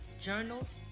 journals